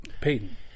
Peyton